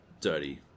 dirty